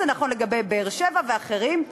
נכון לגבי באר-שבע ומקומות אחרים.